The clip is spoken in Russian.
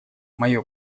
мое